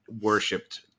worshipped